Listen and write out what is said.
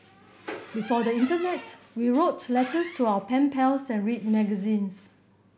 before the internet we wrote letters to our pen pals and read magazines